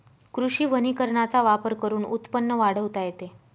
कृषी वनीकरणाचा वापर करून उत्पन्न वाढवता येते